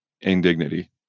indignity